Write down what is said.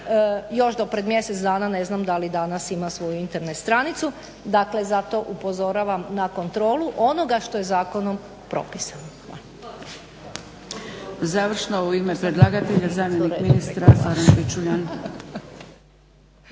još do pred mjesec dana ne znam da li danas ima svoju Internet stranicu, dakle zato upozoravam na kontrolu onoga što je zakonom propisano.